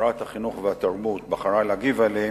שרת התרבות בחרה להגיב עליהם,